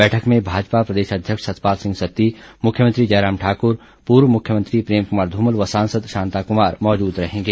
बैठक में भाजपा प्रदेश अध्यक्ष सतपाल सिंह सत्ती मुख्यमंत्री जयराम ठाकुर पूर्व मुख्यमंत्री प्रेम कुमार धूमल व सांसद शांता कुमार मौजूद रहेंगे